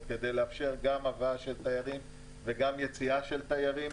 כדי לאפשר גם הבאה של תיירים וגם יציאה של תיירים.